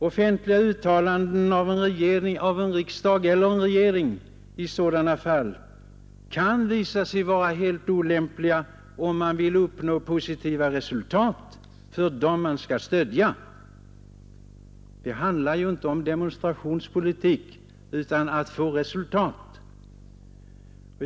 Offentliga uttalanden av en riksdag eller en regering kan i sådana fall visa sig vara helt olämpliga, om man vill uppnå positiva resultat för dem man skall stödja; det handlar ju här inte om demonstrationspolitik utan om att nå resultat.